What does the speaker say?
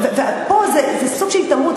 ופה זה סוג של התעמרות,